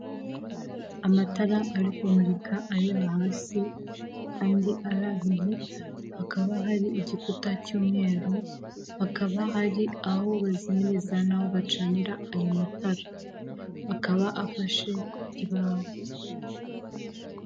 Amatara ari kumurika ari hasi andi ari abiri hakaba hari igikuta cy'umweru hakaba hari aho bazimiriza n'ahoho bacanira ayo matara akaba afashe ku kibaho.